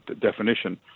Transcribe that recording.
definition